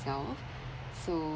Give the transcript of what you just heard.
so